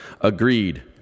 agreed